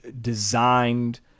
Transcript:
designed